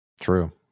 True